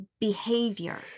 behavior